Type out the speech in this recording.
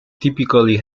typically